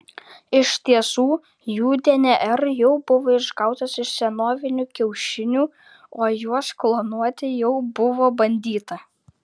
iš tiesų jų dnr jau buvo išgautas iš senovinių kiaušinių o juos klonuoti jau buvo bandyta